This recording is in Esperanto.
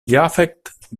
jafet